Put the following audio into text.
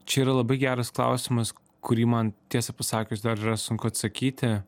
čia yra labai geras klausimas kurį man tiesą pasakius dar yra sunku atsakyti